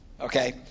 okay